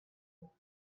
nhw